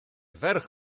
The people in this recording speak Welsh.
ferch